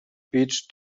beach